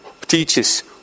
teaches